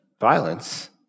violence